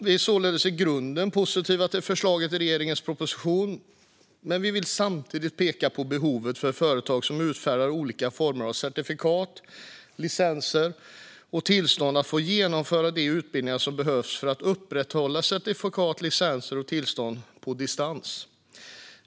Vi är således i grunden positiva till förslaget i regeringens proposition, men vi vill samtidigt peka på behovet hos företag som utfärdar olika former av certifikat, licenser och tillstånd att få genomföra de utbildningar som behövs för att upprätthålla certifikat, licenser och tillstånd på distans.